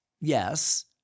yes